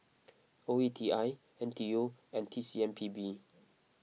O E T I N T U and T C M P B